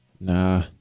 Nah